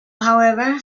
however